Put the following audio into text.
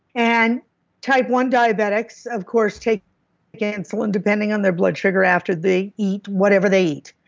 and type one diabetics, of course, take yeah insulin depending on their blood sugar after they eat whatever they eat.